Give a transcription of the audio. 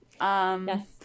Yes